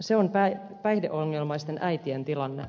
se on päihdeongelmaisten äitien tilanne